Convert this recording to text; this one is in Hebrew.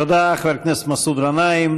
תודה, חבר הכנסת מסעוד גנאים.